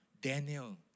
Daniel